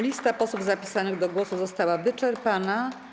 Lista posłów zapisanych do głosu została wyczerpana.